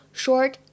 short